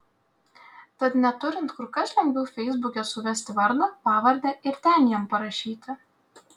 tad neturint kur kas lengviau feisbuke suvesti vardą pavardę ir ten jam parašyti